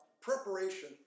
preparation